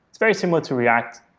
it's very similar to react.